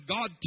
God